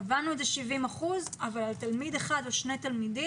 קבענו 70 אחוזים אבל על תלמיד אחד או שני תלמידים,